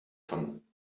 von